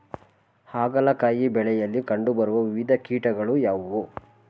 ಹಾಗಲಕಾಯಿ ಬೆಳೆಯಲ್ಲಿ ಕಂಡು ಬರುವ ವಿವಿಧ ಕೀಟಗಳು ಯಾವುವು?